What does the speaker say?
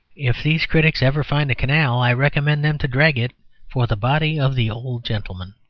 if these critics ever find the canal i recommend them to drag it for the body of the old gentleman.